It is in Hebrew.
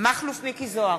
מכלוף מיקי זוהר,